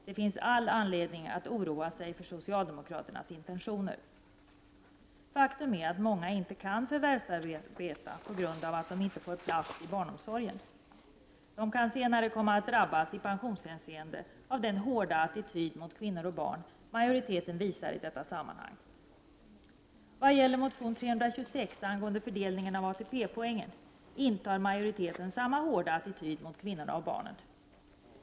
Det finns all anledning att oroa sig för socialdemokraternas intentioner. Faktum är att många inte kan förvärvsarbeta på grund av att de inte får plats inom barnomsorgen. De kan senare komma att drabbas i pensionshänseende av den hårda attityd mot kvinnor och barn som utskottsmajoriteten visar i detta sammanhang. När det gäller motion 326 angående fördelningen av ATP-poängen intar utskottsmajoriteten samma hårda attityd mot kvinnorna och barnen.